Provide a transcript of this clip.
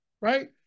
right